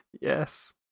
Yes